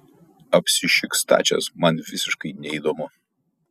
apsišik stačias man visiškai neįdomu